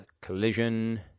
collision